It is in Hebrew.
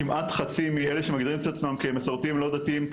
כמעט חצי מאלה שמגדירים את עצמם כמסורתיים לא דתיים,